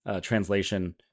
translation